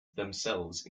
themselves